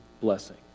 blessing